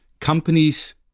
companies